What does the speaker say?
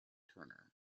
turner